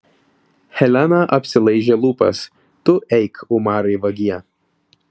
helena apsilaižė lūpas tu eik umarai vagie